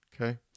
Okay